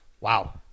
wow